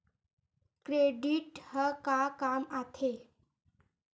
Credit ह का काम आथे?